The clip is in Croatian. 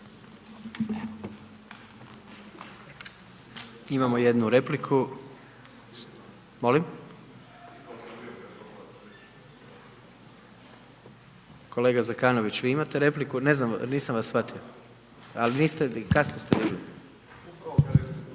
Imamo jednu repliku, molim? Kolega Zekanović, vi imate repliku, ne znam, nisam vas shvatio. Ali, niste, kada ste se digli?